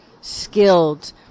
skilled